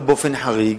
ולא באופן חריג,